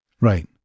Right